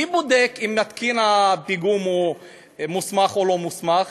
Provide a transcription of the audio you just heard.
מי בודק אם מתקין הפיגום הוא מוסמך או לא מוסמך?